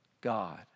God